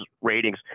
ratings